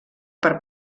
per